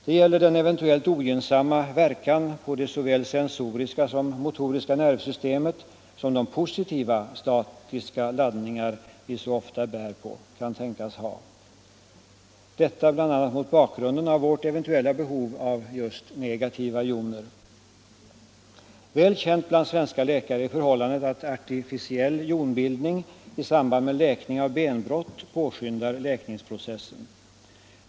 Det gäller den eventuellt ogynnsamma verkan på såväl det sensoriska som det motoriska nervsystemet som de positiva statiska laddningar vi så ofta bär på kan tänkas ha — detta bl.a. mot bakgrunden av vårt eventuella behov av just negativa joner. Väl känt bland svenska läkare är förhållandet att artificiell jonbildning i samband med läkning av benbrott påskyndar läkningsprocessen.